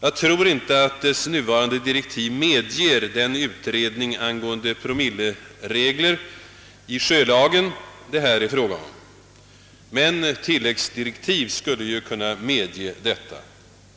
Jag tror inte att utredningens nuvarande direktiv medger den utredning angående promilleregler i sjölagen det här är fråga om, men tilläggsdirektiv skulle ju kunna medge detta.